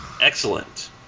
Excellent